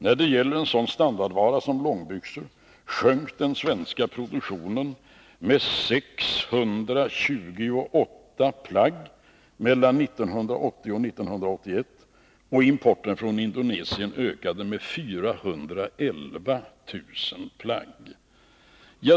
När det gäller en sådan standardvara som långbyxor sjönk den svenska produktionen med 628 000 plagg mellan 1980 och 1981, och importen från Indonesien ökade med 411 000 plagg.